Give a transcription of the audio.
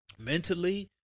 mentally